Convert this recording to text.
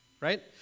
right